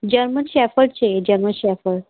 German shepherd चाहिए German shepherd